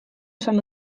esan